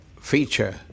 feature